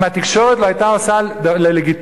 אם התקשורת לא היתה עושה את זה ללגיטימי,